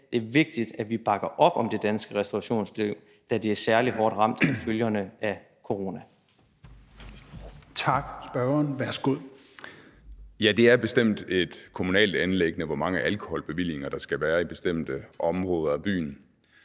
her igen i dag, at vi bakker op om det danske restaurationsliv, da det er særlig hårdt ramt af følgerne af corona.